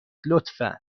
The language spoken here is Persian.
لطفا